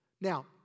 Now